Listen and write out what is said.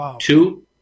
Two